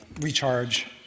recharge